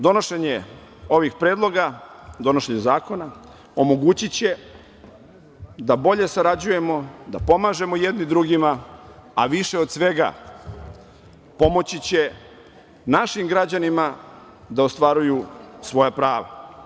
Donošenje ovih predloga, donošenje zakona omogućiće da bolje sarađujemo, da pomažemo jedni drugima, a više od svega pomoći će našim građanima da ostvaruju svoja prava.